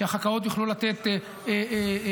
שהחכ"אות יוכלו לתת פיקדונות,